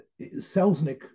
Selznick